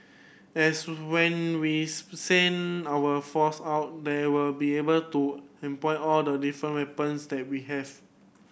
as when we send our force out they will be able to employ all the different weapons that we have